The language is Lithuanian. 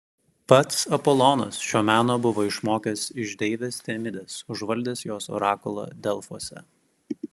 pats apolonas šio meno buvo išmokęs iš deivės temidės užvaldęs jos orakulą delfuose